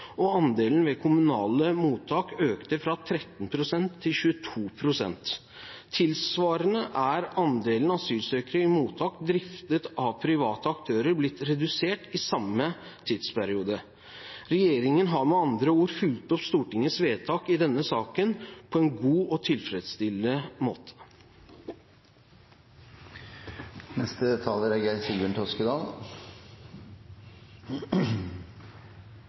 og andelen ved kommunale mottak økte fra 13 pst. til 22 pst. Tilsvarende er andelen asylsøkere i mottak driftet av private aktører blitt redusert i samme tidsperiode. Regjeringen har med andre ord fulgt opp Stortingets vedtak i denne saken på en god og tilfredsstillende måte. For Kristelig Folkeparti er